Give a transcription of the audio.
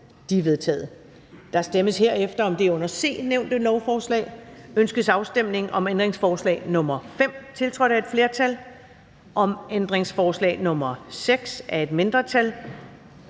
De er vedtaget. Der stemmes herefter om det under C nævnte lovforslag: Ønskes afstemning om ændringsforslag nr. 5, tiltrådt af et flertal (udvalget med